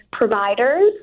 providers